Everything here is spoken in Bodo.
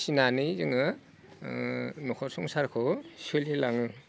फिनानै जोङो न'खर संसारखौ सोलिलाङो